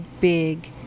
big